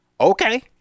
Okay